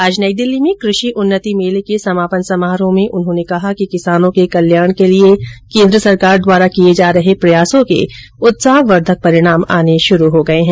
आज नई दिल्ली में कृषि उन्नति मेले के समापन समारोह में उन्होंने कहा कि किसानों के कल्याण के लिए केन्द्र सरकार द्वारा किए जा रहे प्रयासों के उत्साहवर्धक परिणाम आने शुरू हो गये हैं